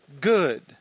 good